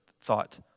thought